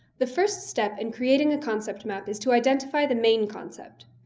the first step in creating a concept map is to identify the main concept.